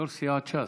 יו"ר סיעת ש"ס.